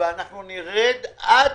החוק לא עצר בתוכניות.